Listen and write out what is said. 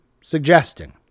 suggesting